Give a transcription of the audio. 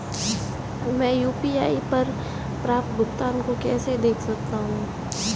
मैं यू.पी.आई पर प्राप्त भुगतान को कैसे देख सकता हूं?